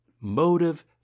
Motive